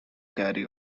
carry